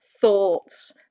thoughts